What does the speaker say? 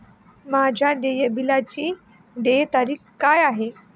माझ्या देय बिलाची देय तारीख काय आहे?